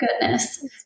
Goodness